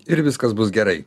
ir viskas bus gerai